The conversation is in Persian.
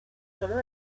شما